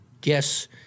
guess